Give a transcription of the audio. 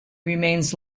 remains